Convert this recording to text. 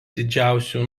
didžiausių